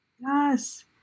yes